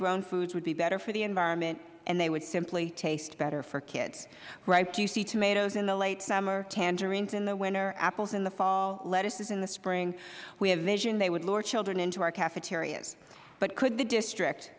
grown foods would be better for the environment and they would simply taste better for kids ripe juicy tomatoes in the late summer tangerines in the winter apples in the fall lettuces in the spring we had a vision they would lure children into our cafeterias but could the district